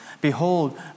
Behold